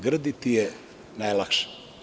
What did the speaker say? Grditi je najlakše.